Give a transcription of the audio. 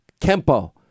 Kempo